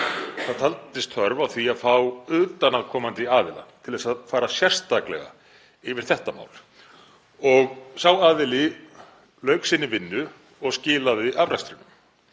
Það taldist þörf á því að fá utanaðkomandi aðila til að fara sérstaklega yfir þetta mál og sá aðili lauk sinni vinnu og skilaði afrakstrinum.